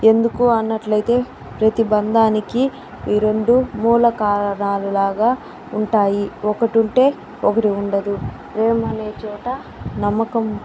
ఎందుకు అన్నట్లు అయితే ప్రతీ బంధానికి ఈ రెండు మూల కారణాలుగా ఉంటాయి ఒకటుంటే ఒకటి ఉండదు ప్రేమనేచోట నమ్మకం